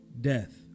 death